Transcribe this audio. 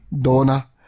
dona